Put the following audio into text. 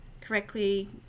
correctly